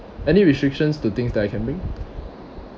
any restrictions to things that I can make